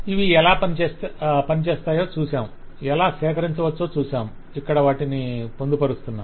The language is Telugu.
ఇవి ఎలా పనిచేస్తాయో చూశాము ఎలా సేకరించవచ్చో చూశాం ఇక్కడ వాటిని పొందుపరుస్తున్నాం